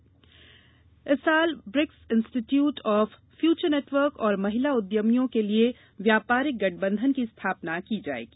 इस ्वर्ष BRICS institute of future network और महिला उद्यमियों के लिए व्यापारिक गठबंधन की स्थापना की जाएगी